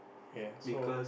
okay so